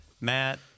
Matt